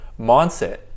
mindset